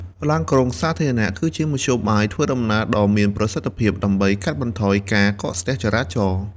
ឡានក្រុងសាធារណៈ គឺជាមធ្យោបាយធ្វើដំណើរដ៏មានប្រសិទ្ធភាពដើម្បីកាត់បន្ថយការកកស្ទះចរាចរណ៍។